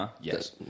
Yes